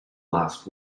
last